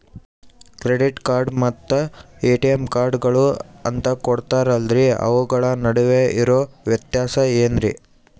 Credit card ಮತ್ತ ATM ಕಾರ್ಡುಗಳು ಅಂತಾ ಕೊಡುತ್ತಾರಲ್ರಿ ಅವುಗಳ ನಡುವೆ ಇರೋ ವ್ಯತ್ಯಾಸ ಏನ್ರಿ?